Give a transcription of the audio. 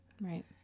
Right